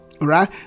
Right